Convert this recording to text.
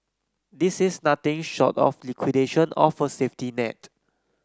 this is nothing short of liquidation of a safety net